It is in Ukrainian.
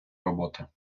роботи